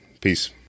Peace